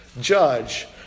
judge